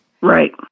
Right